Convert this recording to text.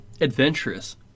adventurous